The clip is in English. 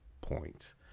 points